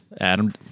Adam